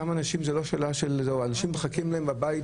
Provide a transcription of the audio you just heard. שם אנשים מחכים להם בבית